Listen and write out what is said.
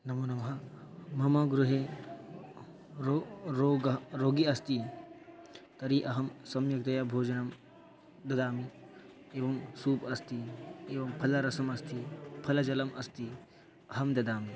नमो नमः मम गृहे रो रोगः रोगी अस्ति तर्हि अहं सम्यक्तया भोजनं ददामि एवं सूप् अस्ति एवं फलरसम् अस्ति फलजलम् अस्ति अहं ददामि